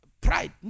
Pride